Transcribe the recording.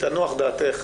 תנוח דעתך,